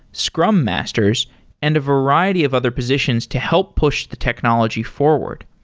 scrum masters and a variety of other positions to help push the technology forward.